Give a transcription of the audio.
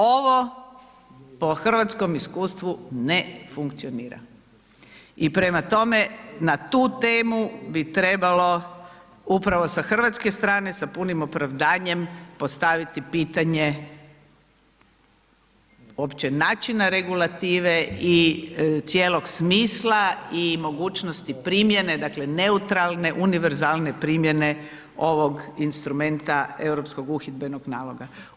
Ovo po hrvatskom iskustvu ne funkcionira i prema tome, na tu temu bi trebalo upravo sa hrvatske strane, sa punim opravdanjem postaviti pitanje opće načina regulative i cijeloga smisla i mogućnosti primjene, dakle, neutralne univerzalne primjene ovog instrumenta europskog uhidbenog naloga.